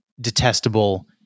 detestable